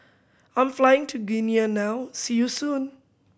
I'm flying to Guinea now see you soon